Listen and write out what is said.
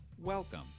Welcome